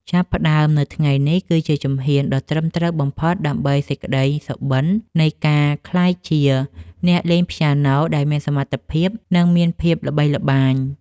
ចាប់ផ្តើមនៅថ្ងៃនេះគឺជាជំហានដ៏ត្រឹមត្រូវបំផុតដើម្បីសម្រេចក្តីសុបិននៃការក្លាយជាអ្នកលេងព្យ៉ាណូដែលមានសមត្ថភាព និងមានភាពល្បីល្បាញ។